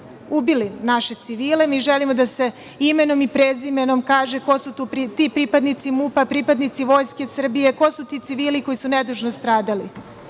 ubili naše civile, mi želimo da se imenom i prezimenom kaže ko su ti pripadnici MUP-a, pripadnici Vojske Srbije, ko su ti civili koji su nedužno stradali. Molim